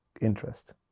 interest